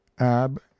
ab